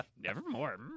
Nevermore